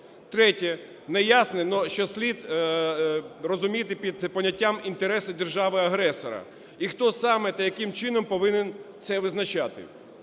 Третє. Неясно, що слід розуміти під поняттям "інтереси держави-агресора" і хто саме та яким чином повинен це визначати.